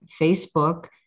Facebook